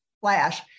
flash